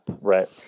Right